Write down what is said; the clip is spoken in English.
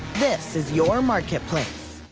this is your marketplace.